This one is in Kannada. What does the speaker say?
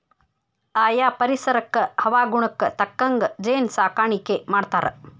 ಆಯಾ ಪರಿಸರಕ್ಕ ಹವಾಗುಣಕ್ಕ ತಕ್ಕಂಗ ಜೇನ ಸಾಕಾಣಿಕಿ ಮಾಡ್ತಾರ